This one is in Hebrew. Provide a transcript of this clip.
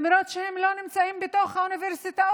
למרות שהם לא נמצאים בתוך האוניברסיטאות.